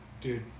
Dude